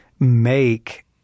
make